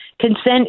Consent